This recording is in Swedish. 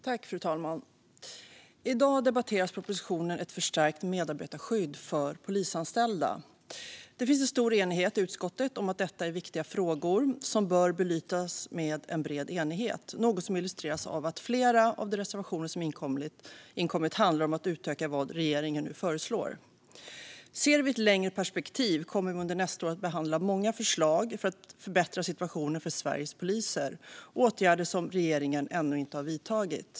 Fru talman! I dag debatteras propositionen Ett förstärkt medarbetarskydd för polisanställda . Det finns en stor enighet i utskottet om att detta är viktiga frågor som bör belysas med en bred enighet, något som illustreras av att flera av de reservationer som inkommit handlar om att utöka vad regeringen nu föreslår. Vi kan se i ett längre perspektiv. Vi kommer under nästa år att behandla många förslag för att förbättra situationen för Sveriges poliser. Det handlar om åtgärder som regeringen ännu inte har vidtagit.